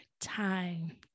time